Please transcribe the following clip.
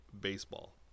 baseball